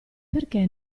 perché